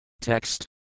Text